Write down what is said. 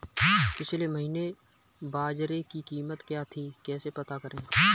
पिछले महीने बाजरे की कीमत क्या थी कैसे पता करें?